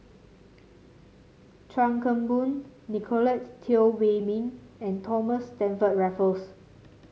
Chuan Keng Boon Nicolette Teo Wei Min and Thomas Stamford Raffles